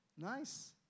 Nice